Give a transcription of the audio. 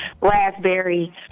raspberry